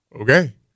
okay